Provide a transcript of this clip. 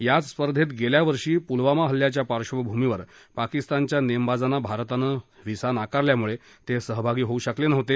याच स्पर्धेत गेल्या वर्षी पुलवामा हल्ल्याच्या पार्श्वभूमीवर पाकिस्तानच्या नेमबाजांना भारतानं व्हिसा नाकारल्यामुळे ते सहभागी होऊ शकले नव्हते